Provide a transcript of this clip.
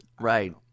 Right